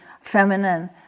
feminine